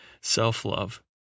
Self-love